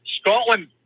Scotland